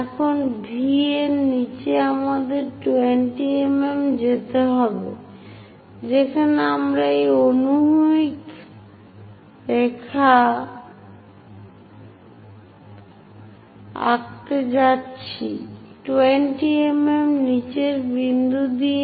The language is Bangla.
এখন V এর নিচে আমাদের 20 mm যেতে হবে যেখানে আমরা একটি অনুভূমিক রেখা আঁকতে যাচ্ছি 20 mm নীচের বিন্দু দিয়ে